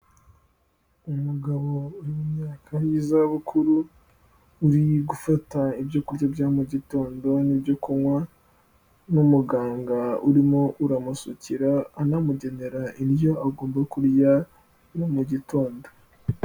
Umugabo uri mu myaka y'izabukuru, uri gufata ibyo kurya bya mu mugitondo n'ibyo kunywa, n'umuganga urimo uramusukira anamugenera indyo agomba kurya mu gitondo.